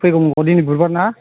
फैगौ मंगलबाराव दिनै बुधबार ना